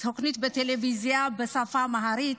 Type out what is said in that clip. תוכנית בטלוויזיה בשפה האמהרית,